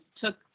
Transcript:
took